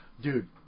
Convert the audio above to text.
dude